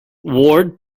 ward